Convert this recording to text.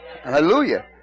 Hallelujah